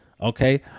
Okay